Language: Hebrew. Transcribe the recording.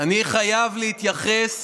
אני חייב להתייחס